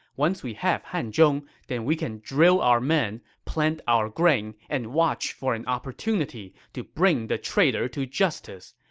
once we have hanzhong, then we can drill our men, plant our grain, and watch for an opportunity to bring the traitor to justice.